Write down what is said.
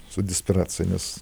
su desperacija nes